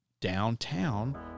Downtown